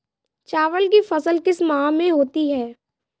चावल की फसल किस माह में होती है?